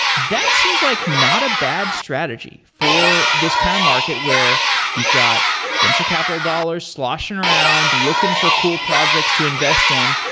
that seems like not a bad strategy for this kind of market, where you've got venture capital dollars sloshing around, looking for cool projects to invest in.